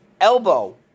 elbow